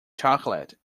chocolate